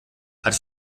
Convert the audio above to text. hat